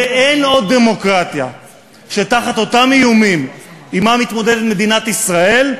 אין עוד דמוקרטיה שתחת אותם איומים שעמם מתמודדת מדינת ישראל,